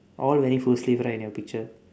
all wearing full sleeve right in your picture